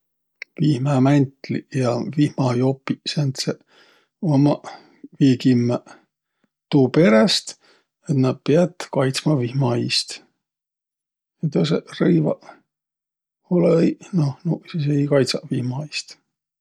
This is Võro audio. Vihmamäntliq ja vihmajopiq sääntseq ommaq viikimmäq tuuperäst, et nä piät kaitsma vihma iist. Ja tõõsõq rõivaq olõ-õiq, noh, nuuq sis ei kaidsaq vihma iist.